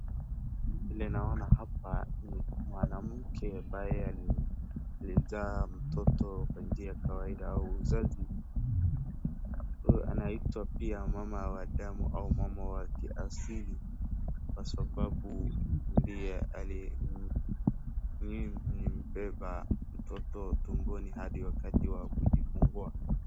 Vile naona hapa ni mwanamke ambaye alizaa mtoto kwa njia ya kawaida au uzazi. Huyu anaitwa pia mama wa damu au mama wa kiasili kwa sababu ndiye aliyembeba mtoto tumboni hadi wakati wa kujifungua.